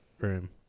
room